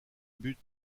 buts